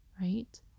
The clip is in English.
right